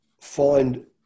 find